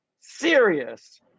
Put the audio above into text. serious